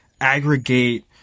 aggregate